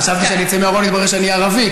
חשבתי שאני אצא מהארון ויתברר שאני ערבי,